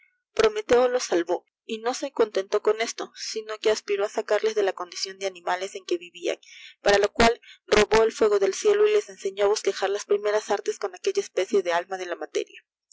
prometeo lo i i y no le contentó con es sino quo aspiró á sacarles de la condicion de animales en que vivian para lo cual obó fuego del cielo y les enseñó ii bollquejar las primeras artes con aquella especie de alma de la ma